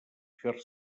fer